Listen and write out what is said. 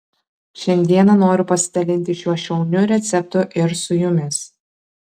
šiandieną noriu pasidalinti šiuo šauniu receptu ir su jumis